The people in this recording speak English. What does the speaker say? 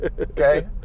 Okay